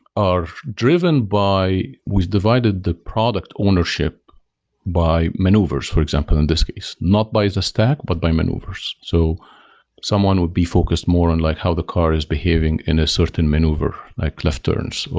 are driven by we divided the product ownership by maneuvers, for example in this case. not by the stack, but by maneuvers. so someone would be focused more on like how the car is behaving in a certain maneuver, like left turns,